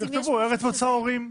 תכתבו: "ארץ מוצא הורים".